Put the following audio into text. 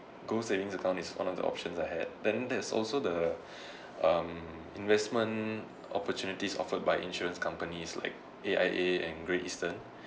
gold savings account is one of the options I had then there's also the um investment opportunities offered by insurance companies like A_I_A and Great Eastern